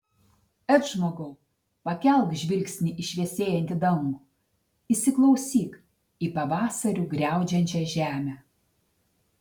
et žmogau pakelk žvilgsnį į šviesėjantį dangų įsiklausyk į pavasariu griaudžiančią žemę